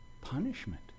punishment